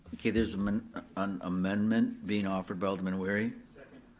okay, there's um and an amendment being offered by alderman wery.